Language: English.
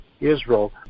Israel